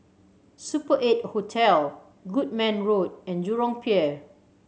Super Eight Hotel Goodman Road and Jurong Pier